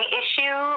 issue